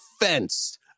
fenced